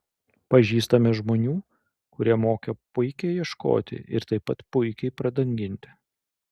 pažįstame žmonių kurie moka puikiai ieškoti ir taip pat puikiai pradanginti